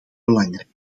belangrijk